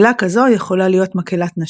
מקהלה כזו יכולה להיות מקהלת נשים,